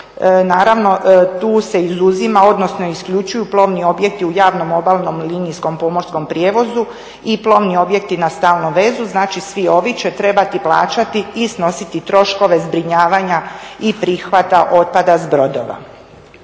Naravno, tu se izuzima odnosno isključuju plovni objekti u javnom, obalnom i linijskom pomorskom prijevozu i plovni objekti na stalnom vezu. Znači svi ovi će trebati plaćati i snositi troškove zbrinjavanja i prihvata otpada s brodova.